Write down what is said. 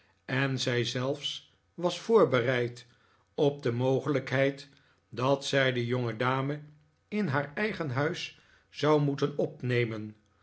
en zij zelfs was voorbereid op de mogelijkheid dat zij de jongedame in haar eigen huis zou moeten opnemen